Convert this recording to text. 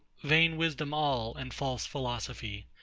vain wisdom all and false philosophy.